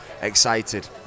excited